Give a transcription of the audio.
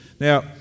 Now